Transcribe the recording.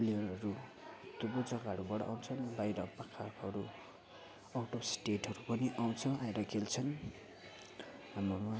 प्लेयरहरू थुप्रो जग्गाहरूबाट आउँछन् बाहिर पाखाकोहरू आउट स्टेटहरू पनि आउँछ आएर खेल्छन् हाम्रोमा